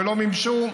ולא מימשו.